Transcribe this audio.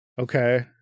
okay